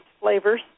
flavors